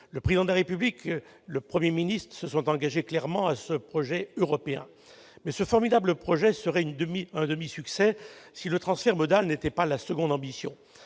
Le Président de République et le Premier ministre se sont engagés clairement sur ce grand projet européen. Cependant, ce serait un demi-succès si le transfert modal n'était pas la seconde ambition.